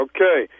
Okay